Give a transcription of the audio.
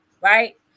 Right